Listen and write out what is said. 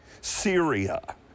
Syria